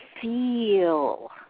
feel